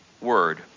word